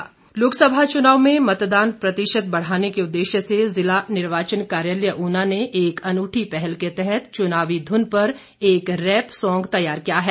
social media लोकसभा चुनाव में मतदान प्रतिशत बढ़ाने के उद्देश्य से जिला निर्वाचन कार्यालय ऊना ने एक अनूठी पहल के तहत चुनावी धून पर एक रैप सॉन्ग तैयार किया है